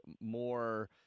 more